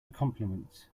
compliments